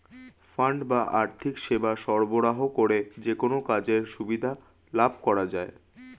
fund বা আর্থিক সেবা সরবরাহ করে যেকোনো কাজের সুবিধা লাভ করা যায়